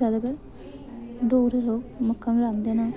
जैदातर डोगरे लोक मक्कां गै रांह्दे न